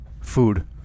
food